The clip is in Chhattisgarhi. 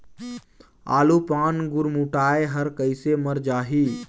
आलू पान गुरमुटाए हर कइसे मर जाही?